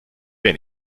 wer